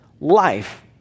life